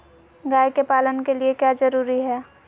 गाय के पालन के लिए क्या जरूरी है?